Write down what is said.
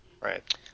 Right